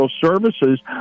services